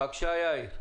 ביבי,